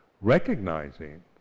recognizing